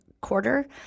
quarter